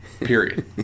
period